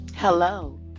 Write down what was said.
Hello